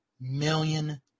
million